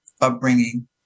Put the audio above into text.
upbringing